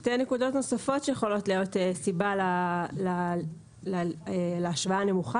שתי נקודות נוספות שיכולות להיות סיבה להשוואה הנמוכה